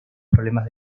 problemas